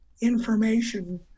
information